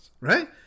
right